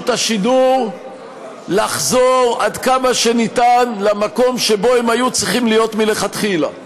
השידור לחזור עד כמה שניתן למקום שבו הם היו צריכים להיות מלכתחילה.